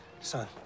son